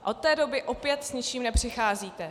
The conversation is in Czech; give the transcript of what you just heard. A od té doby opět s ničím nepřicházíte.